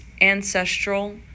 ancestral